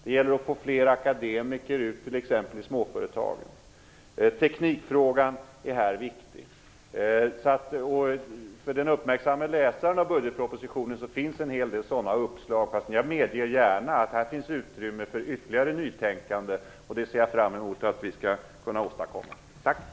Det gäller att få ut fler akademiker i småföretagen. Teknikfrågan är viktig. För den uppmärksamme läsaren av budgetpropositionen finns det en hel del sådana uppslag, men jag medger gärna att det finns utrymme för ytterligare nytänkande. Jag ser fram emot att vi skall kunna åstadkomma det.